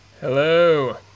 Hello